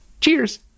Cheers